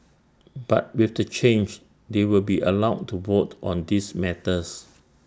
but with the change they will be allowed to vote on these matters